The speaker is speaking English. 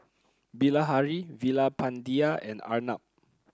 Bilahari Veerapandiya and Arnab